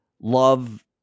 love